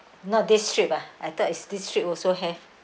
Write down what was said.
not this trip ah I thought it's this trip also have